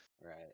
Right